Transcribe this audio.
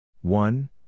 one